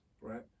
right